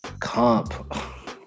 Comp